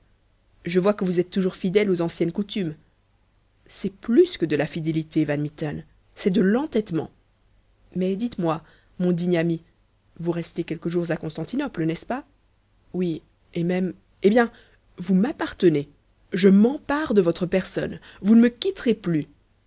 je vois que vous êtes toujours fidèle aux anciennes coutumes c'est plus que de la fidélité van mitten c'est de l'entêtement mais dites-moi mon digne ami vous restez quelques jours à constantinople n'est-ce pas oui et même eh bien vous m'appartenez je m'empare de votre personne vous ne me quitterez plus